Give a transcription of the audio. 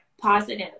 positive